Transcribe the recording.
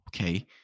okay